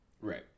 Right